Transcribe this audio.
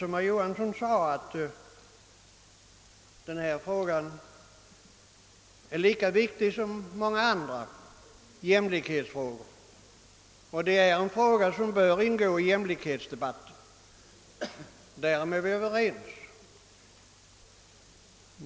Herr Johansson ansåg att frågan om jordbrukarnas semester är lika viktig som många andra jämlikhetsfrågor och att den bör tas upp i jämlikhetsdebatten. Därom är vi överens.